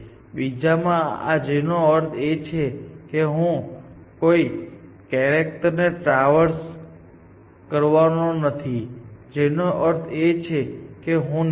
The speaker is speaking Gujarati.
બીજામાં આ જેનો અર્થ એ છે કે હું કોઈ કેરેક્ટર ને ટ્રાવર્સ કરવાનો નથી જેનો અર્થ એ છે કે હું નીચે જવાનો નથી